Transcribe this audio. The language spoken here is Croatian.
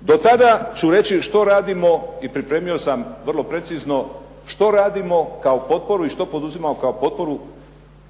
Do tada ću reći što radimo i pripremio sam vrlo precizno što radimo kao potporu i što poduzimamo kao potporu,